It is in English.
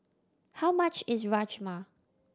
how much is Rajma